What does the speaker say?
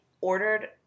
ordered